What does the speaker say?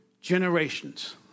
generations